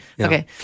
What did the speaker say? Okay